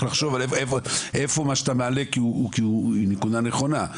צריך לחשוב איפה זה מה שאתה מעלה כי זאת נקודה נכונה.